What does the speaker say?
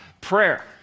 Prayer